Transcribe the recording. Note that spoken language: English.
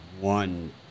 one